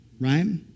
right